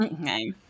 okay